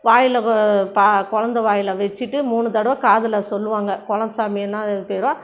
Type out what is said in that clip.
வாயில் பா குழந்த வாயில் வச்சிட்டு மூணு தடவை காதில் சொல்லுவாங்கள் குலசாமி என்னா பேரோ